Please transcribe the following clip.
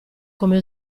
come